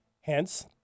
hence